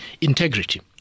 integrity